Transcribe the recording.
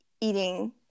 eating